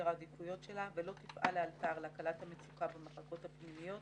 העדיפויות שלה ולא תפעל לאלתר להקלת המצוקה במחלקות הפנימיות,